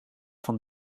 van